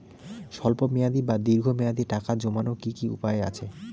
স্বল্প মেয়াদি বা দীর্ঘ মেয়াদি টাকা জমানোর কি কি উপায় আছে?